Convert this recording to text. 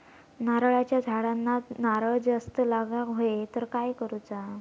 नारळाच्या झाडांना नारळ जास्त लागा व्हाये तर काय करूचा?